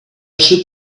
should